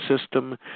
system